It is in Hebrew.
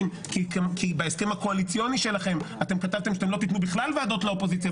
כי בהסכם הקואליציוני שלכם כתבתם שלא תיתנו בכלל ועדות לאופוזיציה,